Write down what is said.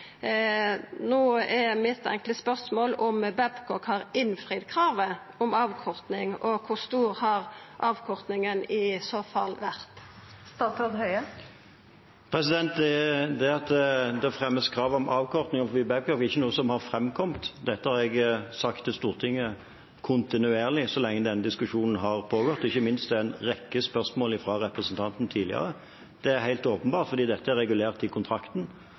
Mitt enkle spørsmål er om Babcock har innfridd kravet om avkorting, og kor stor avkortinga i så fall har vore. Det at det fremmes krav om avkorting overfor Babcock, er ikke noe som har framkommet, dette har jeg sagt til Stortinget kontinuerlig så lenge denne diskusjonen har pågått, ikke minst i svar på en rekke spørsmål fra representanten tidligere. Det er helt åpenbart, for dette er regulert i kontrakten.